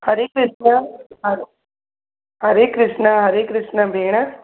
हरे कृष्ण हर हरे कृष्ण हरे कृष्ण भेण